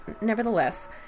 Nevertheless